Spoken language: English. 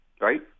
right